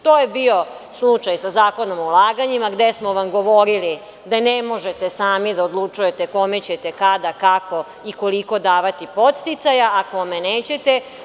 To je bio slučaj sa Zakonom o ulaganjima, gde smo vam govorili da ne možete sami da odlučujete kome ćete, kada, kako i koliko davati podsticaja, a kome nećete.